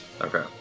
Okay